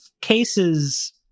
cases